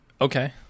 Okay